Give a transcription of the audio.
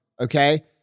Okay